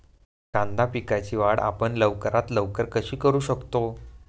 कांदा पिकाची वाढ आपण लवकरात लवकर कशी करू शकतो?